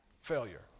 failure